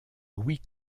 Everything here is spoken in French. louis